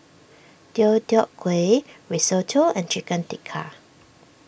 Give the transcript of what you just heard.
Deodeok Gui Risotto and Chicken Tikka